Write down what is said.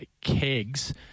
kegs